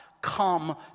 come